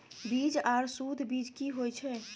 बीज आर सुध बीज की होय छै?